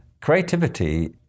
Creativity